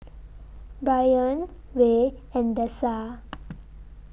Bryan Rey and Dessa